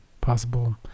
possible